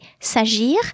S'agir